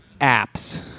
apps